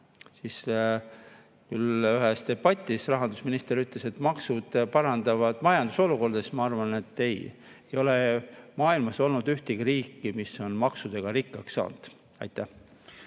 languses. Ühes debatis rahandusminister küll ütles, et maksud parandavad majandusolukorda, aga ma arvan, et ei, ei ole maailmas olnud ühtegi riiki, mis oleks maksudega rikkaks saanud. Aitäh!